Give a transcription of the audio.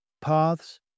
Paths